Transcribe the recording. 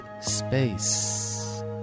Space